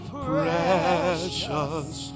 precious